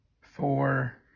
four